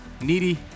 Needy